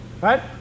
right